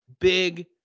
Big